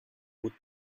would